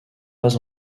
pas